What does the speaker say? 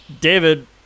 David